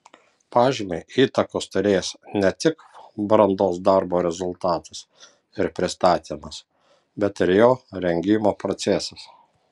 pažymiui įtakos turės ne tik brandos darbo rezultatas ir pristatymas bet ir jo rengimo procesas